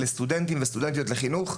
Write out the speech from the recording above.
לסטודנטים וסטודנטיות לחינוך,